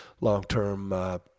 long-term